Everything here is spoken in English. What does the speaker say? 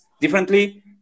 differently